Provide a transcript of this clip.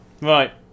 Right